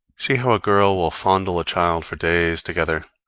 see how a girl will fondle a child for days together,